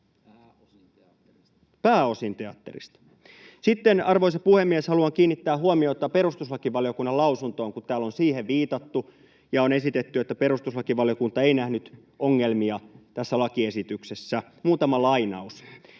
Pääosin teatterista. Sitten, arvoisa puhemies, haluan kiinnittää huomiota perustuslakivaliokunnan lausuntoon, kun täällä on siihen viitattu ja on esitetty, että perustuslakivaliokunta ei nähnyt ongelmia tässä lakiesityksessä. Muutama lainaus: